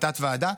בתת-הוועדה,